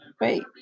Wait